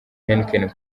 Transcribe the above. heineken